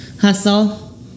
hustle